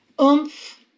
Oomph